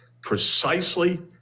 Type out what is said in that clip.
precisely